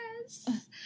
Yes